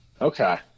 Okay